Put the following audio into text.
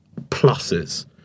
pluses